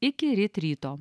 iki ryt ryto